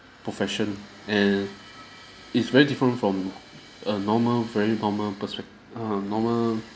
profession and is very different from a normal very normal perspect~ err normal